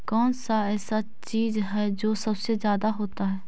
कौन सा ऐसा चीज है जो सबसे ज्यादा होता है?